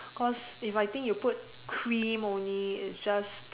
cause if I think you put cream only it's just